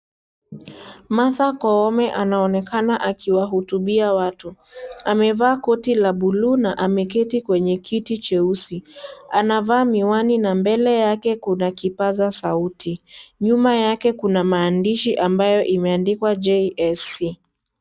Martha koome anaonekana akiwahutubia watu, amevaa koti la buluu na ameketi kwenye kiti cheusi, anavaa miwani na mbele yake kuna kipaza sauti, nyuma yake kuna maandishi ambayo imeandikwa jsc.